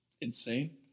insane